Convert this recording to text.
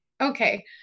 Okay